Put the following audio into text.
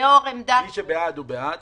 --- מי שבעד הוא בעד?